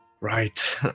right